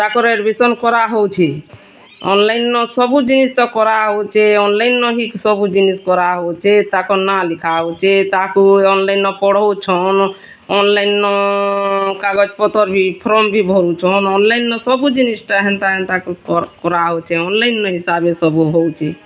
ତାଙ୍କର ଆଡମିଶନ୍ କରାହେଉଛି ଅନ୍ଲାଇନ୍ ସବୁ ଜିନିଷ କରାହେଉଛି ଅନ୍ଲାଇନ୍ ହିଁ ସବୁ ଜିନିଷ କରାହେଉଛି ତାଙ୍କର ନାଁ ଲେଖାହେଉଛି ତାକୁ ଅନ୍ଲାଇନ୍ ପଢ଼ଉଛନ୍ତି ଅନ୍ଲାଇନ୍ କାଗଜ ପତର ବି ଫର୍ମ ଭରୁଛନ୍ତି ଅନ୍ଲାଇନ୍ ଏମିତି ଏମିତି ସବୁ କରାହେଉଛି ଅନ୍ଲାଇନ୍ ହିସାବରେ ସବୁ ହେଉଛି